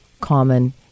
common